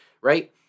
right